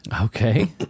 okay